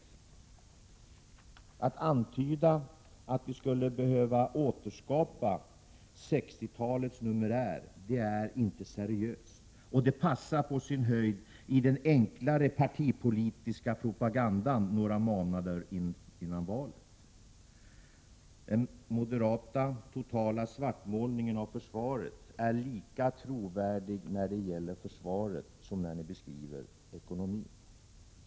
Det är inte seriöst att antyda att vi skulle behöva återskapa 1960-talets numerär, och det passar på sin höjd i den enklare partipolitiska propagandan några månader före valet. Den moderata totala svartmålningen är lika trovärdig när det gäller försvaret som när ni beskriver ekonomin.